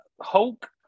Hulk